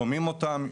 שומעים אותם,